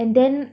and then